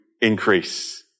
increase